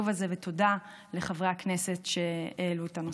הזה ותודה לחברי הכנסת שהעלו את הנושא.